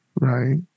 Right